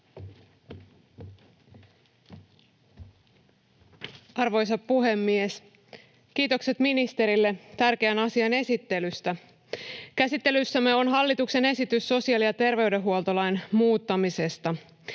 Arvoisa puhemies! Kiitokset ministerille tärkeän asian esittelystä. — Käsittelyssämme on hallituksen esitys sosiaalihuoltolain ja terveydenhuoltolain muuttamisesta.